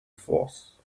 force